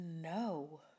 No